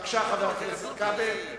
בבקשה, חבר הכנסת איתן כבל.